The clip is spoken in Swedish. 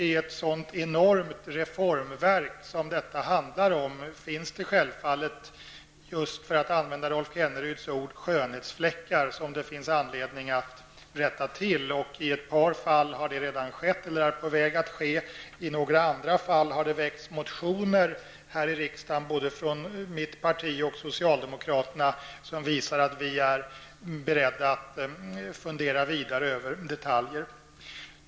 I ett sådant enormt reformverk som detta handlar om finns det självfallet, för att använda Rolf Kenneryds ord, skönhetsfläckar som det finns anledning att rätta till. I ett par fall har det redan skett eller är på väg att ske. I några andra fall har det väckts motioner här i riksdagen både från mitt parti och från socialdemokraterna, som visar att vi är beredda att fundera vidare över detaljer.